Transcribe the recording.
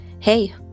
Hey